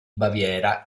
baviera